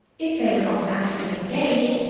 if they were not actually engaged,